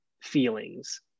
feelings